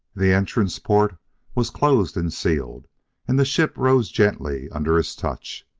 the entrance port was closed and sealed and the ship rose gently under his touch.